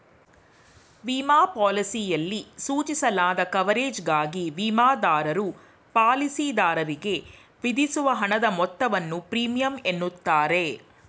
ವಿಮಾ ಪಾಲಿಸಿಯಲ್ಲಿ ಸೂಚಿಸಲಾದ ಕವರೇಜ್ಗಾಗಿ ವಿಮಾದಾರರು ಪಾಲಿಸಿದಾರರಿಗೆ ವಿಧಿಸುವ ಹಣದ ಮೊತ್ತವನ್ನು ಪ್ರೀಮಿಯಂ ಎನ್ನುತ್ತಾರೆ